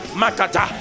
makata